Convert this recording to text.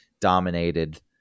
dominated